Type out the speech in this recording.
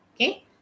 Okay